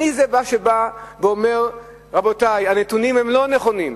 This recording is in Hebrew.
אני זה שבא ואומר: רבותי, הנתונים אינם נכונים,